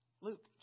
Luke